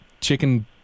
chicken